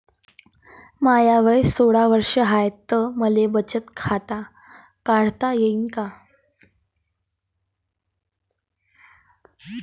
माय वय सोळा वर्ष हाय त मले बचत खात काढता येईन का?